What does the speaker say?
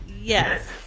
Yes